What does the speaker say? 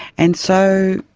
and so,